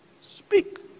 Speak